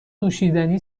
نوشیدنی